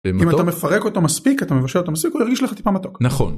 - אם אתה מפרק אותו מספיק, אתה מבשל אותו מספיק, הוא ירגיש לך טיפה מתוק. - נכון.